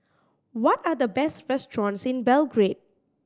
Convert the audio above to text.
what are the best restaurants in Belgrade